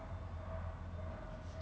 orh